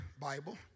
Bible